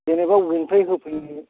जेन'बा अबेनिफ्राय होफैयो